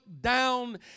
down